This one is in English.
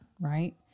right